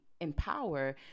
empower